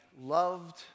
loved